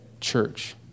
church